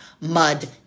mud